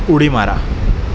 उडी मारा